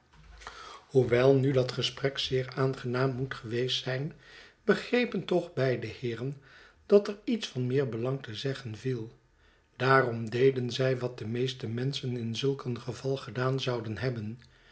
hoewel nu dat gesprek zeer aangenaam moet geweest zijn begrepen toch beide heeren dat er iets van meer belang te zeggen viel daarom deden zij wat de meeste menschen in zulk een geval gedaan zouden hebben